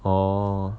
orh